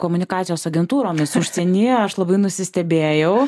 komunikacijos agentūromis užsienyje aš labai nusistebėjau